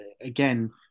again